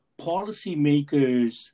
policymakers